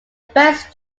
first